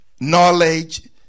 knowledge